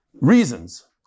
reasons